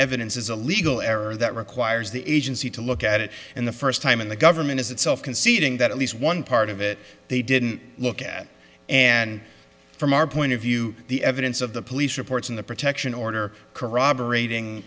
evidence is a legal error that requires the agency to look at it and the first time in the government is itself conceding that at least one part of it they didn't look at and from our point of view the evidence of the police reports in the protection order corroborating